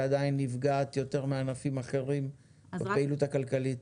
שעדיין נפגעת יותר מענפים אחרים בפעילות הכלכלית.